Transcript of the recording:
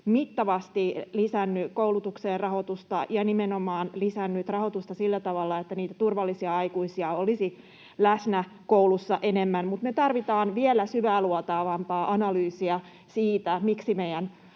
mittavasti lisännyt koulutukseen rahoitusta ja nimenomaan lisännyt rahoitusta sillä tavalla, että niitä turvallisia aikuisia olisi läsnä koulussa enemmän. Mutta me tarvitaan vielä syväluotaavampaa analyysia siitä, miksi meidän